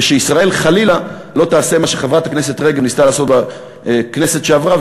ושישראל חלילה לא תעשה מה שחברת הכנסת רגב ניסתה לעשות בכנסת שעברה,